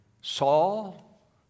Saul